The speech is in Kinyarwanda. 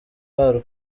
barwo